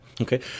Okay